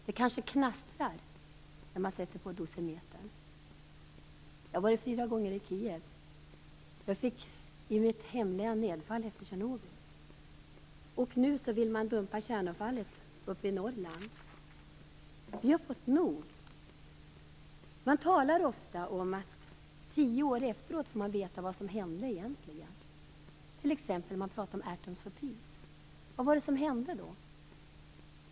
Det kanske knastrar när man sätter på dosimetern. Jag har varit fyra gånger i Kijev. Efter Tjernobyl blev det nedfall i mitt hemlän. Nu vill man dumpa kärnavfallet i Norrland. Men vi har fått nog! Man talar ofta om att tio år efteråt får man veta vad som egentligen hände. T.ex. Atoms for Peace. Vad var det som hände då?